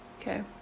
okay